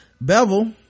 Bevel